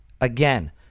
again